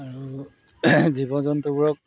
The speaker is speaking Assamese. আৰু জীৱ জন্তুবোৰক